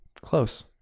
close